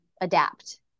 adapt